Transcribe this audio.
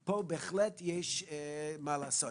פה בהחלט יש מה לעשות.